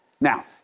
Now